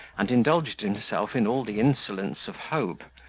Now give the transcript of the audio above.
and indulged himself in all the insolence of hope,